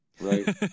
right